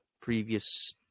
previous